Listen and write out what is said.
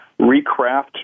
recraft